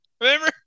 Remember